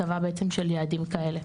בעצם של יעדים כאלה.